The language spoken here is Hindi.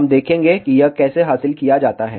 हम देखेंगे कि यह कैसे हासिल किया जाता है